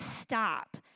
stop